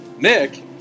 Nick